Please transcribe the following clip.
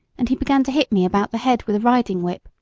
and he began to hit me about the head with a riding whip